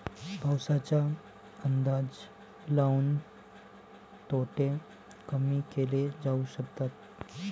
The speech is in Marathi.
पाऊसाचा अंदाज लाऊन तोटे कमी केले जाऊ शकतात